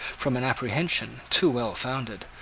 from an apprehension, too well founded,